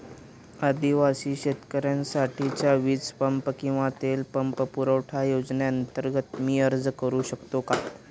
आदिवासी शेतकऱ्यांसाठीच्या वीज पंप किंवा तेल पंप पुरवठा योजनेअंतर्गत मी अर्ज करू शकतो का?